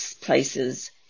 places